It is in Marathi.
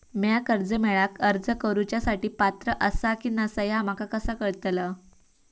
म्या कर्जा मेळाक अर्ज करुच्या साठी पात्र आसा की नसा ह्या माका कसा कळतल?